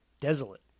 desolate